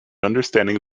understanding